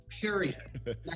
period